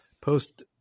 post